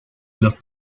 los